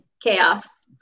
chaos